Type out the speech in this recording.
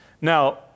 Now